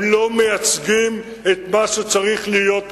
הם לא מייצגים את מה שצריך להיות כאן.